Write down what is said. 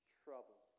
trouble